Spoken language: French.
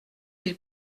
ils